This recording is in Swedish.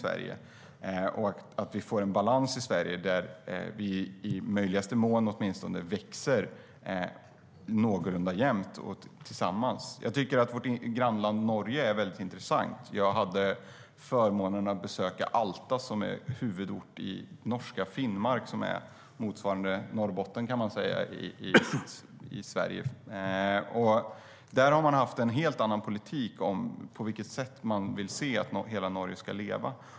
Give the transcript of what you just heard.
Vi måste få en balans i Sverige där vi i möjligaste mån åtminstone växer någorlunda jämnt tillsammans. Där har man haft en helt annan politik för på vilket sätt man vill se att hela Norge ska leva.